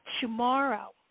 tomorrow